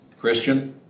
Christian